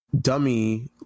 dummy